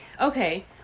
Okay